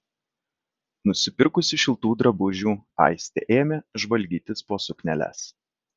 nusipirkusi šiltų drabužių aistė ėmė žvalgytis po sukneles